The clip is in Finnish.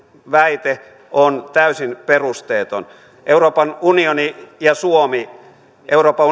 väite on täysin perusteeton euroopan unioni ja suomi euroopan